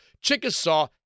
Chickasaw